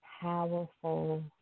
powerful